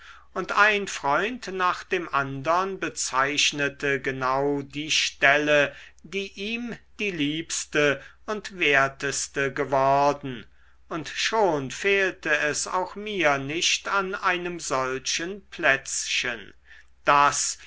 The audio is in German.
und ein freund nach dem andern bezeichnete genau die stelle die ihm die liebste und werteste geworden und schon fehlte es auch mir nicht an einem solchen plätzchen das